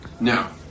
Now